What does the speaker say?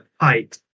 height